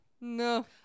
No